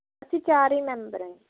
ਅਸੀਂ ਚਾਰੇ ਮੈਂਬਰ ਹੈ